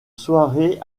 soirée